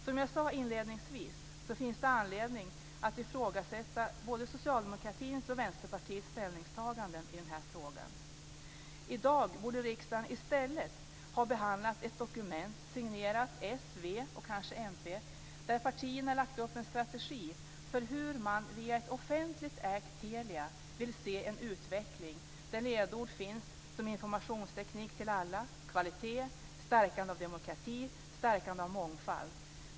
Som jag sade inledningsvis finns det anledning att ifrågasätta både socialdemokratins och Vänsterpartiets ställningstaganden i den här frågan. I dag borde riksdagen i stället ha behandlat ett dokument, signerat s, v och kanske mp, där partierna hade lagt upp en strategi för hur man vid ett offentligt ägt Telia vill se en utveckling där ledord finns som informationsteknik till alla, kvalitet, stärkande av demokrati och stärkande av mångfald.